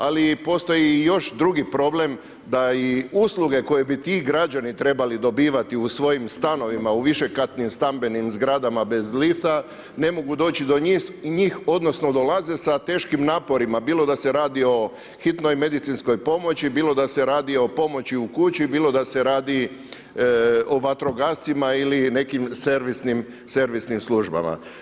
Ali postoji i još drugi problem da i usluge koje bi ti građani trebali dobivati u svojim stanovima u višekatnim stambenim zgradama bez lifta ne mogu doći do njih, odnosno dolaze sa teškim naporima bilo da se radi o hitnoj medicinskoj pomoći, bilo da se radi o pomoći u kući, bilo da se radi o vatrogascima ili nekim servisnim službama.